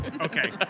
Okay